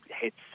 hits